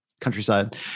countryside